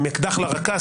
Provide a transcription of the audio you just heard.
ובטח עם אקדח לרקה,